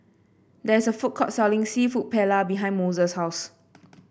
there is a food court selling seafood Paella behind Mose's house